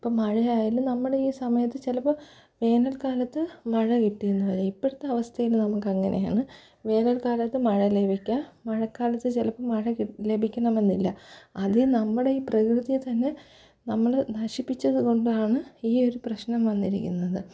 ഇപ്പോള് മഴയായാലും നമ്മളീ സമയത്ത് ചിലപ്പോള് വേനൽകാലത്ത് മഴ കിട്ടി എന്നു വരും ഇപ്പോഴത്തെ അവസ്ഥയില് നമുക്കങ്ങനെയാണ് വേനൽക്കാലത്ത് മഴ ലഭിക്കുക മഴക്കാലത്ത് ചിലപ്പോള് മഴ ലഭിക്കണമെന്നില്ല അത് നമ്മുടെ ഈ പ്രകൃതിയെ തന്നെ നമ്മള് നശിപ്പിച്ചത് കൊണ്ടാണ് ഈ ഒരു പ്രശ്നം വന്നിരിക്കുന്നത്